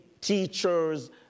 teachers